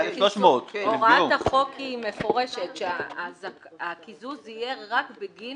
הוראת החוק היא מפורשת, שהקיזוז יהיה רק בגין